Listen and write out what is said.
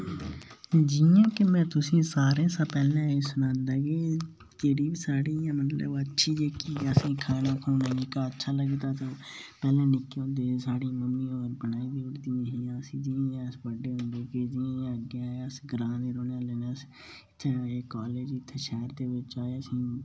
जियां की में तुसेंगी सारें कशा पैह्लें साढ़ी असेंगी जेह्की अच्छी खानै गी अच्छा लगदा तां निक्के होंदे साढ़ी मम्मी बड़ा दौड़ दियां हियां ते अस ग्रांऽ दे रौह्ने आह्ले न इत्थें इक्क आदमीं दा ते उत्थें शैह्र च चार आदमीं दा